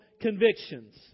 convictions